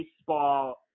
baseball